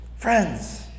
Friends